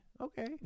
Okay